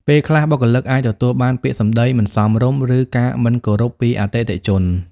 ពេលខ្លះ បុគ្គលិកអាចទទួលបានពាក្យសម្ដីមិនសមរម្យ ឬការមិនគោរពពីអតិថិជន។